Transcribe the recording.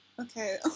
Okay